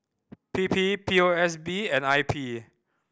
P P P O S B and I P